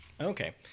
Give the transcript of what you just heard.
Okay